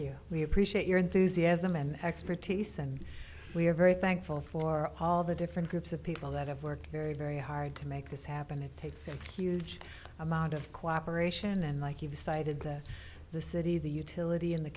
you we appreciate your enthusiasm and expertise and we're very thankful for all the different groups of people that have worked very very hard to make this happen it takes a huge amount of cooperation and like you've cited that the city the utility in the